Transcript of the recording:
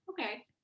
Okay